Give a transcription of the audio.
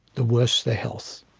the worse the health.